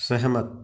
सहमत